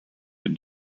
been